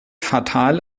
fatal